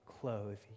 clothe